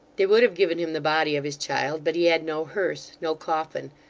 they would have given him the body of his child but he had no hearse, no coffin,